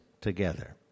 together